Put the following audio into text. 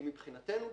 מבחינתנו,